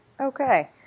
Okay